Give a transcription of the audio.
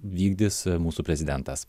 vykdys mūsų prezidentas